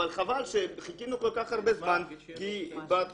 אבל חבל שחיכינו כל כך הרבה זמן כי בתקופה